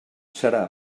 serà